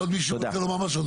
עוד מישהו רוצה לומר משהו?